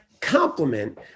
compliment